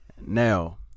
now